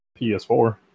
PS4